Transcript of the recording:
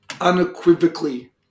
unequivocally